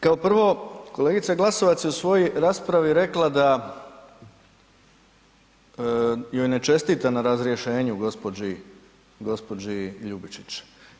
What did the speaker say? Kao prvo, kolegica Glasovac je u svojoj raspravi je rekla da joj ne čestita na razrješenju gđi. Ljubičić.